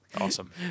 Awesome